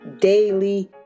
daily